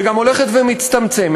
וגם הולכת ומצטמצמת,